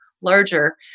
larger